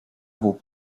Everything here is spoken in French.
vos